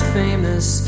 famous